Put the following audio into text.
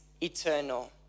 eternal